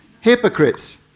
Hypocrites